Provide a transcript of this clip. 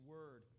Word